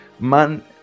man